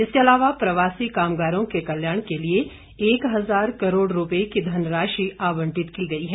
इसके अलावा प्रवासी कामगारों के कल्याण के लिए एक हजार करोड़ रुपये की धनराशि आवंटित की गई है